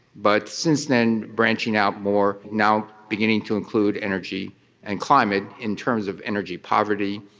but since then branching out more, now beginning to include energy and climate in terms of energy poverty,